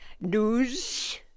news